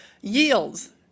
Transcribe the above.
yields